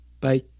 Bye